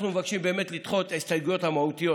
אנחנו מבקשים לדחות את ההסתייגויות המהותיות.